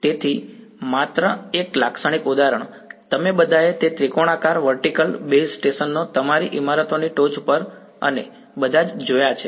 તેથી માત્ર એક લાક્ષણિક ઉદાહરણ અમે બધાએ તે ત્રિકોણાકાર વર્ટિકલ બેઝ સ્ટેશનો તમારી ઇમારતોની ટોચ પર અને બધા જ જોયા છે